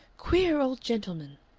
queer old gentleman!